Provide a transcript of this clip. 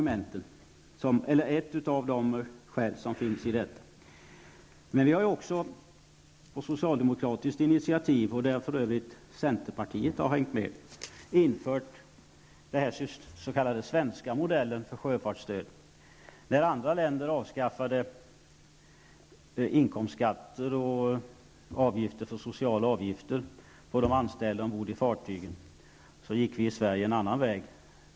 Men vi har också på socialdemokratiskt initiativ, där för övrigt centerpartiet har hängt med, infört den s.k. svenska modellen för sjöfartsstöd. När andra länder avskaffade inkomstskatter och sociala avgifter för de anställda ombord i fartyg, gick vi i Sverige en annan väg.